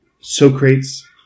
Socrates